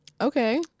Okay